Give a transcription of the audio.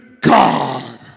God